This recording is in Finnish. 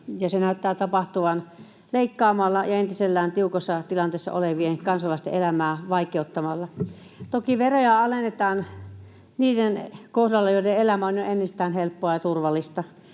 se näyttää tapahtuvan leikkaamalla ja entisestään tiukassa tilanteessa olevien kansalaisten elämää vaikeuttamalla. Toki veroja alennetaan niiden kohdalla, joiden elämä on jo ennestään helppoa ja turvallista.